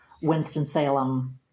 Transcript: Winston-Salem